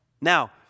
Now